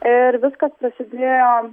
ir viskas prasidėjo